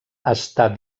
està